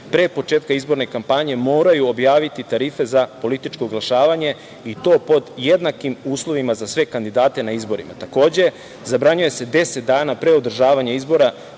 pre početka izborne kampanje moraju objaviti tarife za političko oglašavanje i to pod jednakim uslovima za sve kandidate na izborima. Takođe, zabranjuje se 10 dana pre održavanja izbora